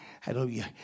hallelujah